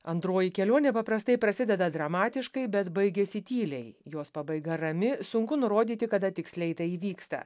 antroji kelionė paprastai prasideda dramatiškai bet baigiasi tyliai jos pabaiga rami sunku nurodyti kada tiksliai tai įvyksta